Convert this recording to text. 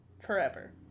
Forever